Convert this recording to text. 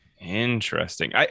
Interesting